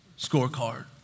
scorecard